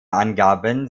angaben